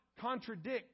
contradict